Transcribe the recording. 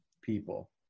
people